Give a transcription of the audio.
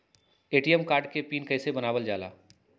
ATM card के PIN कैसे बनावल जाला?